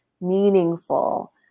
meaningful